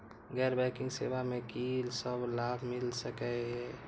गैर बैंकिंग सेवा मैं कि सब लाभ मिल सकै ये?